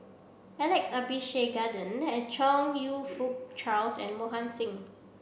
Alex Abisheganaden Chong You Fook Charles and Mohan Singh